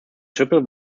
triple